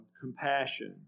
compassion